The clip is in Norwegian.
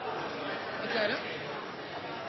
den